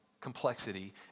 complexity